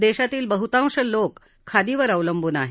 देशातील बहुतांश लोक खादीवर अवलंबून आहेत